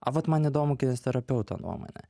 o vat man įdomu kineziterapeuto nuomonė